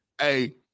Hey